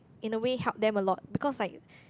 in a way help them a lot because like